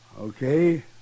Okay